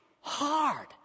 hard